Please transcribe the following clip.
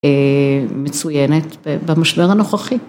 מצוינת במשבר הנוכחי.